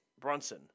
Brunson